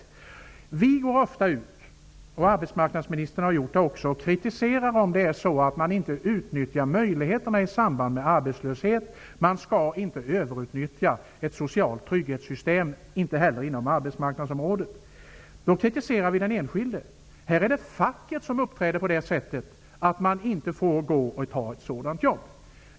Vi moderater går ofta ut och kritiserar, vilket också arbetsmarknadsministern har gjort, om möjligheterna i samband med arbetslöshet inte utnyttjas. Man skall inte överutnyttja ett socialt trygghetssystem, inte heller inom arbetsmarknadsområdet. I det fallet kritiserar vi den enskilde. Men här är det facket som agerar så, att man inte får ta ett halvtidsjobb.